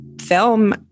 film